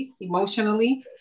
emotionally